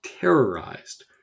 terrorized